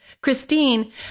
Christine